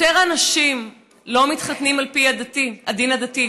יותר אנשים לא מתחתנים על פי הדין הדתי,